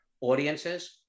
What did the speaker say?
audiences